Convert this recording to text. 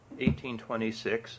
1826